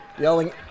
yelling